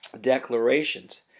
declarations